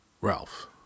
Ralph